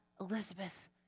Elizabeth